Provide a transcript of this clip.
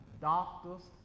doctors